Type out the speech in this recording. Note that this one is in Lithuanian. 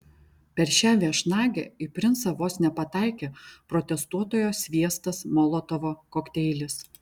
per šią viešnagę į princą vos nepataikė protestuotojo sviestas molotovo kokteilis